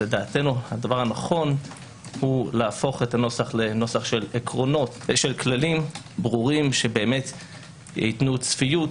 לדעתנו הדבר הנכון הוא להפוך את הנוסח של כללים ברורים שייתנו צפיות,